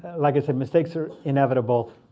like i said, mistakes are inevitable.